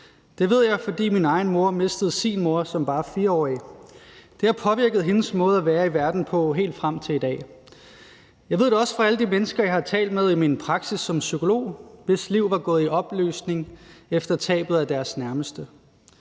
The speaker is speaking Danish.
Det ved jeg, fordi min egen mor mistede sin mor som bare 4-årig. Det har påvirket hendes måde at være i verden på helt frem til i dag. Jeg ved det også fra alle de mennesker, jeg har talt med i min praksis som psykolog, hvis liv var gået i opløsning efter tabet af deres nærmeste.